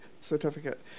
certificate